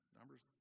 Numbers